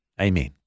Amen